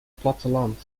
platteland